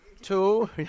Two